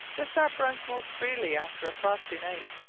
the sap runs most freely after a frosty night,